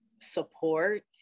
support